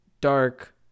dark